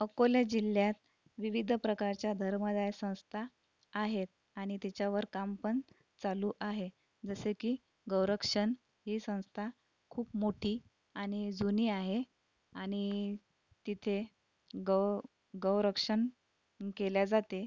अकोला जिल्ह्यात विविध प्रकारच्या धर्मादाय संस्था आहेत आणि तिच्यावर काम पण चालू आहे जसे की गौरक्षण ही संस्था खूप मोठी आणि जुनी आहे आणि तिथे गौ गौरक्षण केले जाते